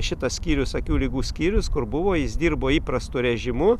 šitas skyrius akių ligų skyrius kur buvo jis dirbo įprastu režimu